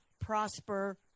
prosper